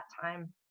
time